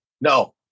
No